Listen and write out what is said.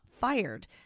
fired